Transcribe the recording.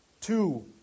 two